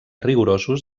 rigorosos